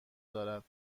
دارد